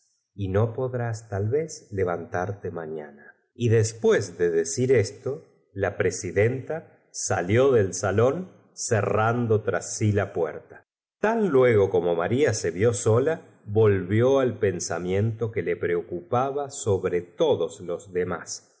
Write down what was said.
y no podrás tal vez levantarte mañana y después de decir esto la presidenta salió del salón cerrando tras sí la puerta tan luego como matia se vió sola volvió al pensamiento que le preocupaba sobre todos los demás